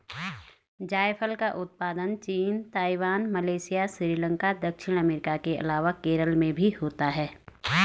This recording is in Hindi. जायफल का उत्पादन चीन, ताइवान, मलेशिया, श्रीलंका, दक्षिण अमेरिका के अलावा केरल में भी होता है